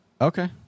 Okay